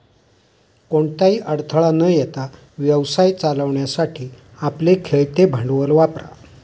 कोणताही अडथळा न येता व्यवसाय चालवण्यासाठी आपले खेळते भांडवल वापरा